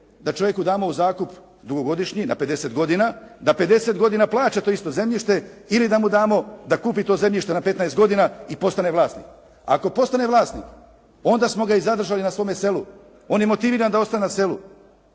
da čovjeku damo u zakup dugogodišnji na 50 godina, da 50 godina plaća to isto zemljište ili da mu damo da kupi to zemljište na 15 godina i postane vlasnik? Ako postane vlasnik, onda smo ga i zadržali na svome selu. On je motiviran da ostane na selu.